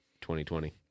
2020